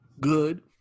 good